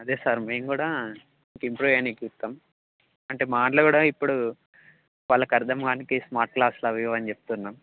అదే సార్ మేము కూడా ఇంకా ఇంప్రూవ్ చేయడానికి చూస్తాం అంటే మా దాంట్లో కూడా ఇప్పుడు వాళ్ళకు అర్థం కావడానికి స్మార్ట్ క్లాస్లు అవి ఇవి చెప్తున్నాం